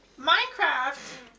Minecraft